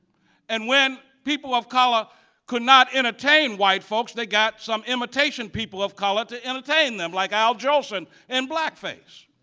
and when people of color could not entertain white folks, they got some imitation people of color to entertain them like al jolson in black face.